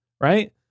right